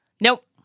Nope